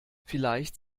vielleicht